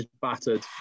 battered